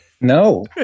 No